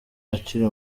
akiri